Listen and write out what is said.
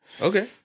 Okay